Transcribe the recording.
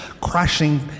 crashing